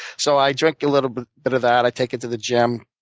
so i drink a little bit bit of that. i take it to the gym.